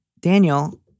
Daniel